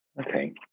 Okay